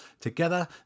Together